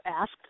asked